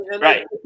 right